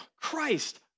Christ